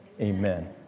Amen